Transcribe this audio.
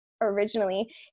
originally